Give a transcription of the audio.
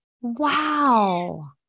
wow